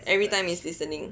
everytime is listening